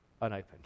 unopened